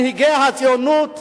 מנהיגי הציונות,